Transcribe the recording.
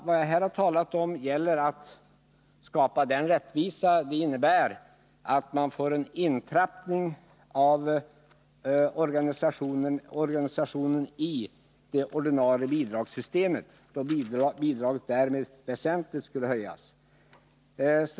Vad jag här har talat om är att skapa den rättvisa det innebär att få till stånd en intrappning av organisationen i det ordinarie bidragssystemet. Därmed skulle bidraget väsentligt höjas.